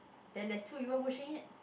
then there's two people pushing it